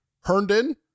Herndon